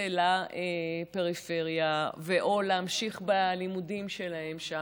לפריפריה או להמשיך בלימודים שלהם שם,